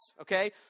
Okay